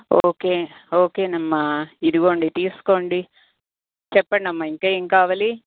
okay ఓకేనమ్మా ఇదిగోండి తీసుకోండి చెప్పండమ్మా ఇంకా ఏం కావాలి